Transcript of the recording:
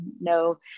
no